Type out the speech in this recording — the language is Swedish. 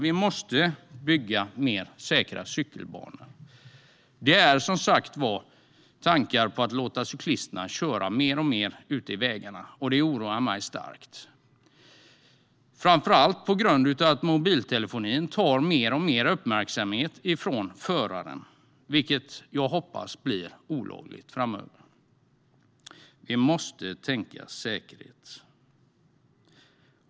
Vi måste bygga fler säkra cykelbanor. Det finns ju tankar på att man ska låta cyklisterna köra mer och mer ute i vägarna, och det oroar mig starkt, framför allt på grund av att mobiltelefonin tar mer och mer av bilförarnas uppmärksamhet, vilket jag hoppas blir olagligt framöver. Vi måste tänka säkert.